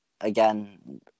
again